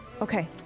Okay